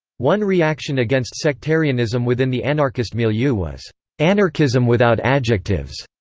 one reaction against sectarianism within the anarchist milieu was anarchism without adjectives,